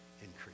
increase